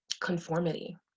conformity